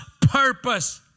purpose